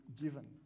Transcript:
given